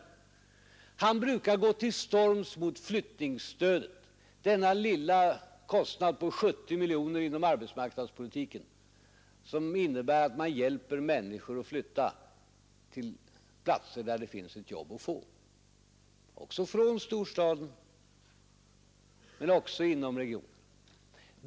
Herr Fälldin brukar ju gå till storms mot flyttningsstödet, denna lilla kostnad på 70 miljoner inom arbetsmarknadspolitiken som innebär att man hjälper människor att flytta till platser där det finns jobb att få — också från storstaden och inom regionen.